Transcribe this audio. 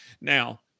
Now